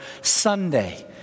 Sunday